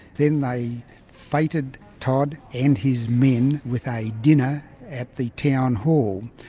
then they feted todd and his men with a dinner at the town hall.